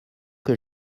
que